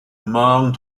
morne